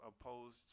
opposed